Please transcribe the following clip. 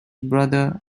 brother